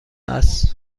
است